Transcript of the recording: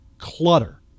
clutter